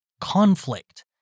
conflict